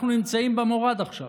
אנחנו נמצאים במורד עכשיו.